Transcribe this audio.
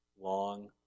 long